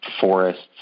forests